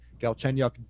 Galchenyuk